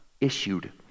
issued